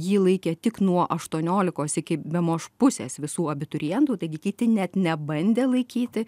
jį laikė tik nuo aštuoniolikos iki bemaž pusės visų abiturientų taigi kiti net nebandė laikyti